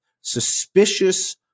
suspicious